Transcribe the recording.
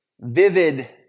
vivid